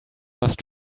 must